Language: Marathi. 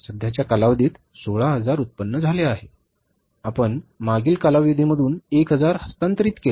सध्याच्या कालावधीत 16000 उत्पादन झाले आहे आपण मागील कालावधी मधून 1 हजार हस्तांतरित केले